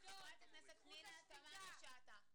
זכות השתיקה.